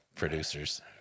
producers